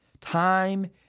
Time